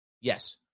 yes